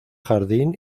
jardín